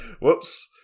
Whoops